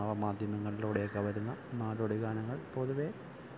നവ മാധ്യമങ്ങളിലൂടെയൊക്കെ വരുന്ന നാടോടി ഗാനങ്ങൾ പൊതുവെ